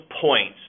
points